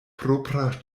propra